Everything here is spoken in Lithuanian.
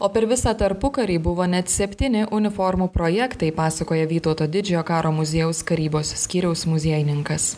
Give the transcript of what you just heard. o per visą tarpukarį buvo net septyni uniformų projektai pasakoja vytauto didžiojo karo muziejaus karybos skyriaus muziejininkas